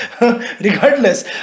regardless